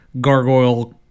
gargoyle